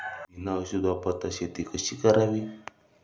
बिना औषध वापरता शेती कशी करावी?